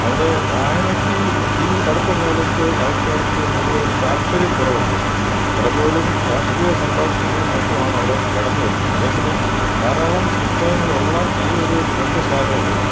അവിടെ വായനക്ക് ഇ ഈ അടുത്ത കാലത്ത് ആൾക്കാർക്ക് പൊതുവെ ഒരു താത്പര്യ കുറവുണ്ട് പലപ്പോഴും രാഷ്ട്രീയ സംഭാഷണങ്ങളും മറ്റുമാണ് അവിടെ കടന്നുവരുന്നത് അതേസമയം ധാരാളം പുസ്തകങ്ങൾ ഉള്ള ഈ ഒരു ഗ്രന്ഥശാലയിൽ